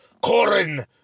Corin